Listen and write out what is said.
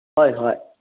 ꯍꯣꯏ ꯍꯣꯏ